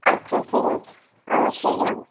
আচ্ছা ঠিক আছে অবশ্যই যাবো